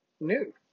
New